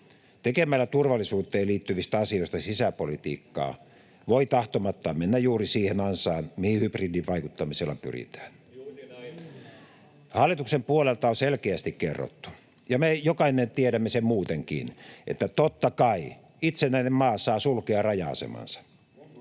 Tekemällä turvallisuuteen liittyvistä asioista sisäpolitiikkaa voi tahtomattaan mennä juuri siihen ansaan, mihin hybridivaikuttamisella pyritään. Hallituksen puolelta on selkeästi kerrottu, ja me jokainen tiedämme sen muutenkin, että totta kai itsenäinen maa saa sulkea raja-asemansa.